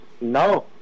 No